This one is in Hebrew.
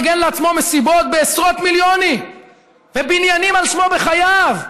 ארגן לעצמו מסיבות בעשרות מיליונים ובניינים על שמו בחייו?